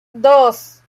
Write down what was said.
dos